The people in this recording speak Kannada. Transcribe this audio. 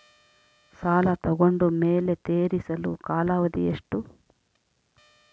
ಸಾಲ ತಗೊಂಡು ಮೇಲೆ ತೇರಿಸಲು ಕಾಲಾವಧಿ ಎಷ್ಟು?